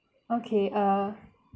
okay err